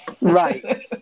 Right